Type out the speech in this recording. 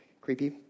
Creepy